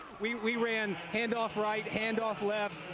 we we ran handoff right, handoff left,